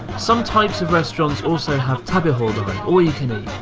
some types of restaurants also have tabehoudai all you can eat.